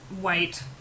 white